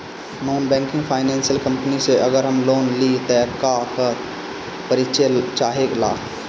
Non banking financial company से अगर हम लोन लि त का का परिचय चाहे ला?